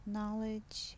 Knowledge